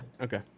okay